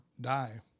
die